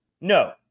No